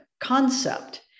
concept